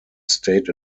stayed